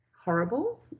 horrible